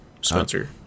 Spencer